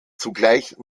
zugleich